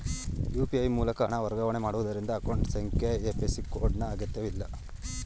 UPI ಮೂಲಕ ಹಣ ವರ್ಗಾವಣೆ ಮಾಡುವುದರಿಂದ ಅಕೌಂಟ್ ಸಂಖ್ಯೆ ಐ.ಎಫ್.ಸಿ ಕೋಡ್ ನ ಅಗತ್ಯಇಲ್ಲ